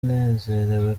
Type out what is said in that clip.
ndanezerewe